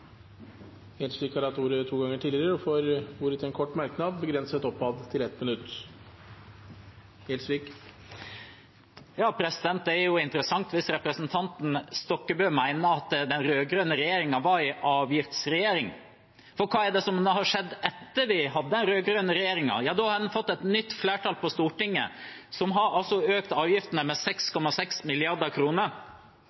Gjelsvik har hatt ordet to ganger tidligere og får ordet til en kort merknad, begrenset til 1 minutt. Det er interessant hvis representanten Stokkebø mener at den rød-grønne regjeringen var en avgiftsregjering. For hva er det som har skjedd etter vi hadde den rød-grønne regjeringen? Jo, da har vi fått et nytt flertall på Stortinget, som har økt avgiftene med